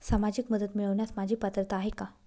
सामाजिक मदत मिळवण्यास माझी पात्रता आहे का?